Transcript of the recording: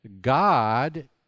God